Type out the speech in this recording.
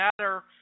matter